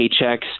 paychecks